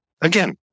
Again